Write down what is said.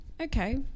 Okay